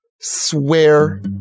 swear